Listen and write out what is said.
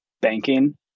banking